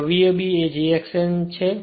જ્યાં v a b જે j x છે